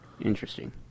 Interesting